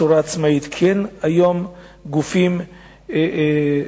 בצורה עצמאית, כי אין היום גופים מממלכתיים,